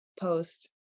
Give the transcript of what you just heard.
post